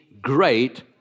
great